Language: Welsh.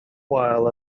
wael